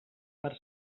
per